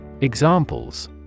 Examples